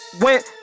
went